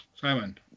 Simon